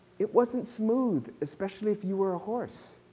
it wasn't smooth especially if you were a horse.